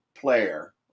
player